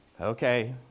Okay